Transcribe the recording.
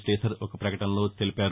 శీధర్ ఒక ప్రకటనలో తెలిపారు